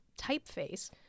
typeface